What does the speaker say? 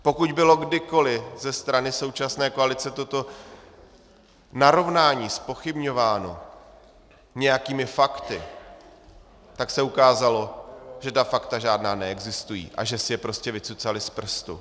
Pokud bylo kdykoli ze strany současné koalice toto narovnání zpochybňováno nějakými fakty, tak se ukázalo, že ta fakta žádná neexistují a že si je prostě vycucali z prstu.